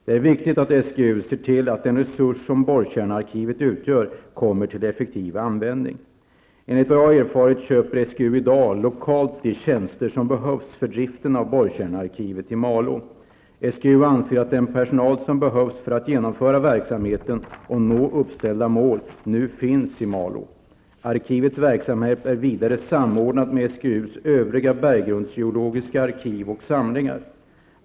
Det är viktigt att SGU ser till att den resurs som borrkärnearkivet utgör kommer till effektiv användning. Enligt vad jag erfarit köper SGU i dag lokalt de tjänster som behövs för driften av borrkärnearkivet i Malå. SGU anser att den personal som behövs för att genomföra verksamheten och nå uppställda mål nu finns i Malå. Arkivets verksamhet är vidare samordnad med SGUs övriga berggrundsgeologiska arkiv och samlingar.